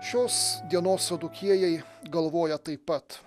šios dienos sadukiejai galvoja taip pat